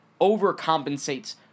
overcompensates